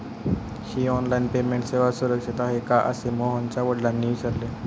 ही online payment सेवा सुरक्षित आहे का असे मोहनच्या वडिलांनी विचारले